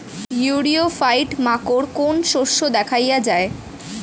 ইরিও ফাইট মাকোর কোন শস্য দেখাইয়া যায়?